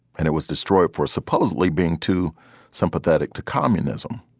and it was destroyed for supposedly being too sympathetic to communism.